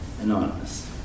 anonymous